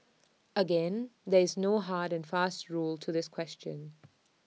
again there is no hard and fast rule to this question